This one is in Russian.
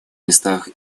местах